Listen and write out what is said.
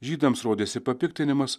žydams rodėsi papiktinimas